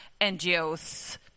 NGOs